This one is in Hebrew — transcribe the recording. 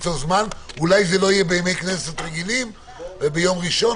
אולי זה לא יהיה בימי כנסת רגילים ראשון,